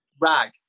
Rag